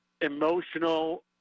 emotional